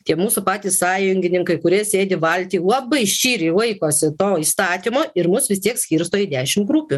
tie mūsų patys sąjungininkai kurie sėdi valty labai ščyriai laikosi to įstatymo ir mus vis tiek skirsto į dešim grupių